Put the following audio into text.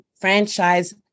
franchise